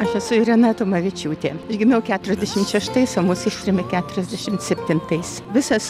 aš esu irena tumavičiūtė aš gimiau keturiasdešimt šeštais o mus ištrėmė keturiasdešimt septintais visas